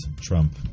Trump